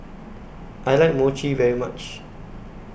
I like Mochi very much